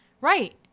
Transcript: Right